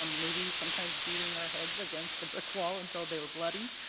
um maybe sometimes beating our heads against the brick wall until they were bloody,